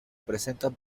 presentan